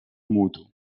mutu